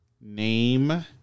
Name